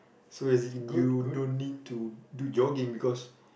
so as in you don't need to do jogging because